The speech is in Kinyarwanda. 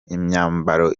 imyambaro